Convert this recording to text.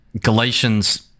Galatians